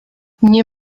nie